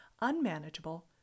unmanageable